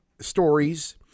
stories